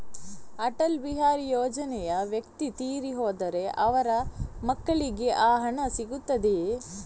ಅಟಲ್ ಬಿಹಾರಿ ಯೋಜನೆಯ ವ್ಯಕ್ತಿ ತೀರಿ ಹೋದರೆ ಅವರ ಮಕ್ಕಳಿಗೆ ಆ ಹಣ ಸಿಗುತ್ತದೆಯೇ?